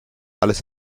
alles